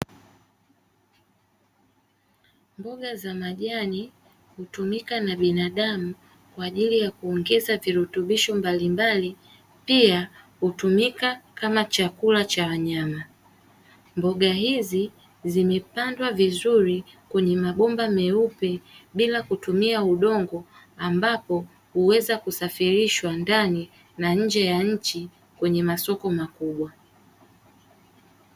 Mboga za majani hutumika na binadamu kwa ajili ya kuongeza virutubisho mbalimbali, pia hutumika kama chakula cha wanyama. Mboga hizi zimepandwa vizuri kwenye mabomba meupe bila kutumia udongo, ambapo huweza kusafirishwa ndani na nje ya nchi kwenye masoko makubwa.